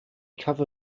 cover